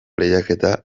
lehiaketa